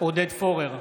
עודד פורר,